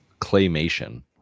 Claymation